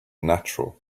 natural